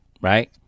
right